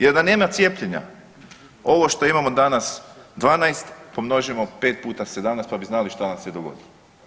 Jer da nema cijepljenja, ovo što imamo danas 12 pomnožimo 5 puta 17, pa bi znali što nam se dogodilo.